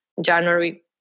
January